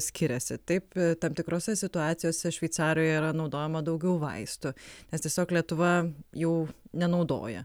skiriasi taip tam tikrose situacijose šveicarijoje yra naudojama daugiau vaistų nes tiesiog lietuva jau nenaudoja